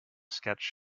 sketch